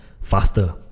faster